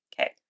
Okay